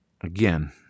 again